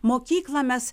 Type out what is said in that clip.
mokyklą mes